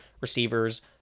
receivers